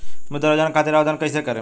मुद्रा योजना खातिर आवेदन कईसे करेम?